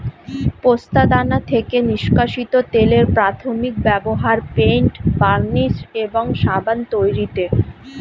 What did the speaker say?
পোস্তদানা থেকে নিষ্কাশিত তেলের প্রাথমিক ব্যবহার পেইন্ট, বার্নিশ এবং সাবান তৈরিতে